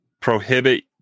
prohibit